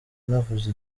ntavuze